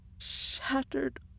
shattered